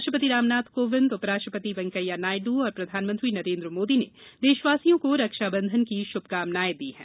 राष्ट्रपति रामनाथ कोविंद उपराष्ट्रपति वैंकैया नायड् और प्रधानमंत्री नरेन्द्र मोदी ने देशवासियों को रक्षाबंधन की शुभाकामनाएं दी हैं